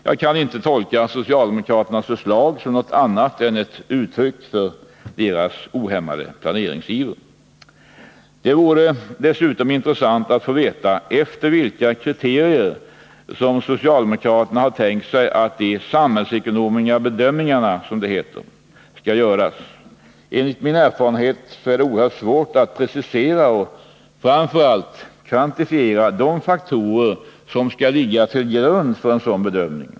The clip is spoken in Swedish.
Jag kan inte tolka socialdemokraternas förslag som något annat än ett uttryck för deras ohämmade planeringsiver! Det vore dessutom intressant att få veta efter vilka kriterier socialdemokraterna har tänkt sig att de ”samhällsekonomiska bedömningarna” skall göras. Enligt min erfarenhet är det oerhört svårt att precisera och, framför allt, kvantifiera de faktorer som skall ligga till grund för en sådan bedömning.